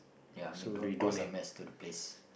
ya I mean don't cause a mess to the place